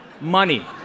money